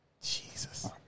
Jesus